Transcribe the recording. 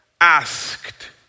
asked